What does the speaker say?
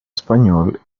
español